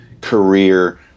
career